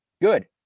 good